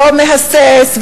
לא מהסס,